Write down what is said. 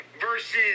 versus